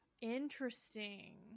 Interesting